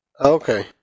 Okay